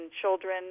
children